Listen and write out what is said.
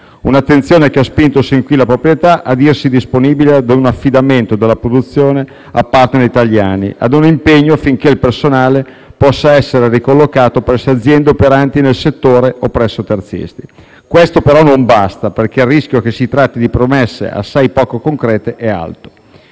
attenzione, che ha spinto sin qui la proprietà a dirsi disponibile ad un affidamento della produzione a *partner* italiani, ad un impegno affinché il personale possa essere ricollocato presso aziende operanti nel settore e presso terzisti. Questo però non basta, perché il rischio che si tratti di promesse assai poco concrete è alto.